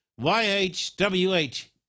YHWH